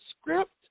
script